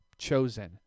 chosen